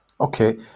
Okay